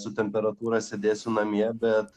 su temperatūrą sėdėsiu namie bet